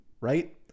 right